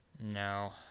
No